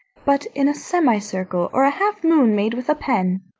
but in a semicircle or a half-moon made with a pen.